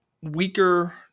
weaker